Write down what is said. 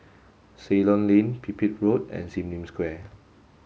Ceylon Lane Pipit Road and Sim Lim Square